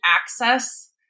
access